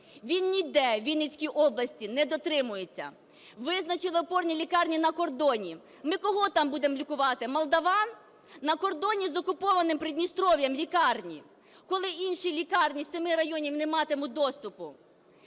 Він ніде у Вінницькій області не дотримується. Визначили опорні лікарні на кордоні. Ми кого там будемо лікувати – молдаван? На кордоні з окупованим Придністров'ям лікарні, коли інші лікарні семи районів не матимуть доступу!